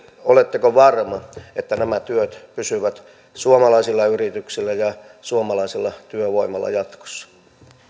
oletteko varma että nämä työt pysyvät suomalaisilla yrityksillä ja suomalaisella työvoimalla jatkossa